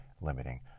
limiting